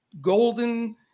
golden